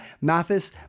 Mathis